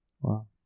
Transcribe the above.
Wow